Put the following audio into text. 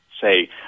say